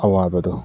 ꯑꯋꯥꯕꯗꯣ